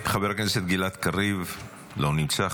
חבר הכנסת גלעד קריב, לא נמצא.